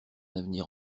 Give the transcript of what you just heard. avenir